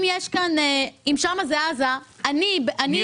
אם שם זה עזה, אני --- אתה שם.